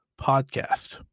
podcast